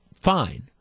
fine